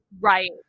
right